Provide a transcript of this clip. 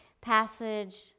passage